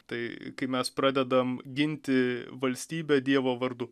tai kai mes pradedam ginti valstybę dievo vardu